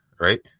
right